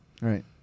Right